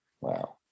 Wow